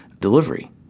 delivery